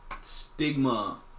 stigma